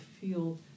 feel